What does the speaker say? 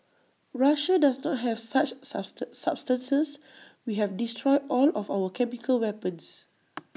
Russia does not have such substances we have destroyed all of our chemical weapons